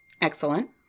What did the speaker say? Excellent